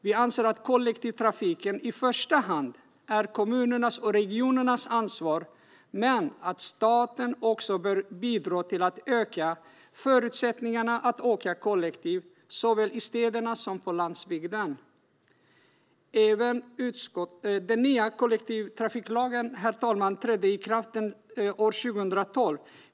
Vi anser att kollektivtrafiken i första hand är kommunernas och regionernas ansvar men att staten också bör bidra till att förbättra förutsättningarna att åka kollektivt såväl i städerna som på landsbygden. Herr talman! Den nya kollektivtrafiklagen trädde i kraft år 2012.